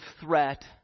threat